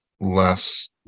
less